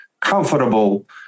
comfortable